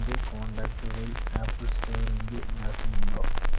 എൻ്റെ കോൺടാക്റ്റുകളിൽ ആപ്പിൾ സ്റ്റോറിൻ്റെ വിലാസമുണ്ടോ